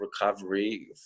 recovery